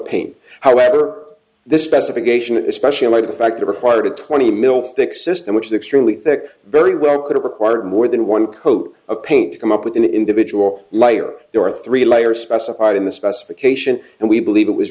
pain however the specification especially in light of the fact required a twenty mil thick system which is extremely thick very well could have required more than one coat of paint to come up with an individual layer there are three layers specified in the specification and we believe it was